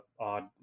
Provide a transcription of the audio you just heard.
odd